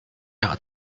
out